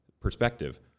perspective